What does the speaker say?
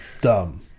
dumb